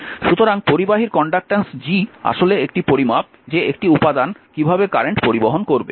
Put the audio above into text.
সুতরাং পরিবাহীর conductance G আসলে একটি পরিমাপ যে একটি উপাদান কিভাবে কারেন্ট পরিবহন করবে